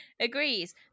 agrees